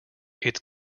its